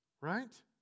Right